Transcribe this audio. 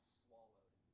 swallowed